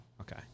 Okay